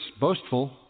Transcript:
boastful